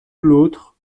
l’autre